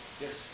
Yes